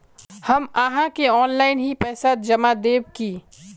हम आहाँ के ऑनलाइन ही पैसा जमा देब की?